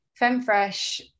Femfresh